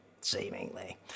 seemingly